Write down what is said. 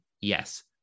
Yes